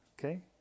okay